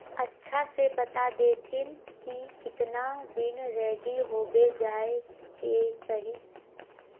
अच्छा से बता देतहिन की कीतना दिन रेडी होबे जाय के चही?